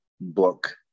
book